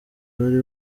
wari